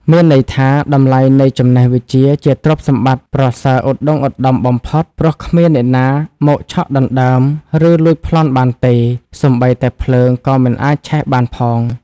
មានន័យថា តម្លៃនៃចំណេះវិជ្ជា ជាទ្រព្យសម្បត្តិប្រសើរឧត្តុង្គឧត្តមបំផុត ព្រោះគ្មានអ្នកណាមកឆក់ដណ្ដើម ឬលួចប្លន់បានទេ សូម្បីតែភ្លើងក៏មិនអាចឆេះបានផង ។